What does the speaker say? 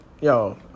yo